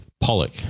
Pollock